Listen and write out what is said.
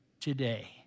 today